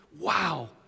Wow